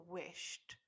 wished